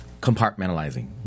compartmentalizing